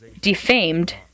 defamed